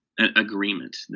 agreement